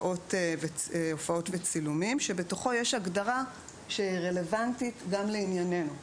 הופעות וצילומים שבתוכו יש הגדרה שהיא רלוונטית גם לענייננו.